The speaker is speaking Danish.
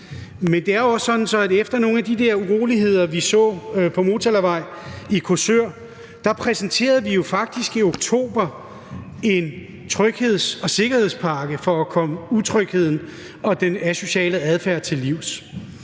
vi efter nogle af de her uroligheder, vi så på Motalavej i Korsør, faktisk i oktober præsenterede en trygheds- og sikkerhedspakke for at komme utrygheden og den asociale adfærd til livs.